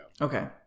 okay